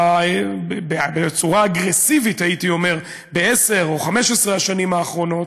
בצורה אגרסיבית ב-10 או ב-15 השנים האחרונות,